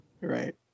right